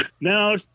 No